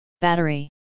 Battery